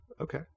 Okay